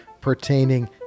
pertaining